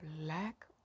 black